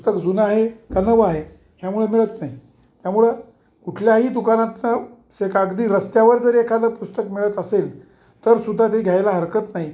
पुस्तक जुन आहे का नव आहे ह्यामुळे मिळत नाही त्यामुळं कुठल्याही दुकानातनं से कागदी रस्त्यावर जर एखादं पुस्तक मिळत असेल तरी सुद्धा ते घ्यायला हरकत नाही